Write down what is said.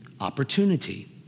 opportunity